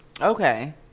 Okay